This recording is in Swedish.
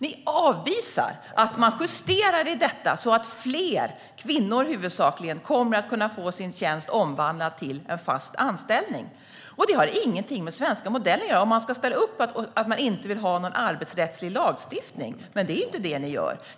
Ni avvisar att man justerar i detta så att fler - kvinnor, huvudsakligen - kommer att kunna få sin tjänst omvandlad till en fast anställning. Det har ingenting med den svenska modellen att göra. Om man inte vill ha någon arbetsrättslig lagstiftning ska man stå för det. Men det är ju inte det ni gör.